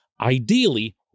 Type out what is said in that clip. ideally